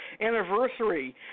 anniversary